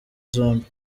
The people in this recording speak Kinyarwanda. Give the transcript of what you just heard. zombi